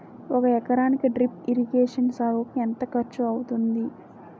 ఒక ఎకరానికి drip irrigation సాగుకు ఎంత ఖర్చు అవుతుంది?